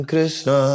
Krishna